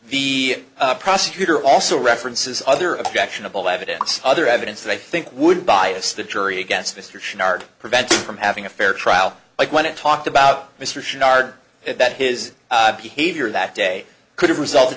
the prosecutor also references other objectionable evidence other evidence that i think would bias the jury against mr sheen are prevented from having a fair trial like when it talked about mr shard that his behavior that day could have resulted